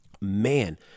man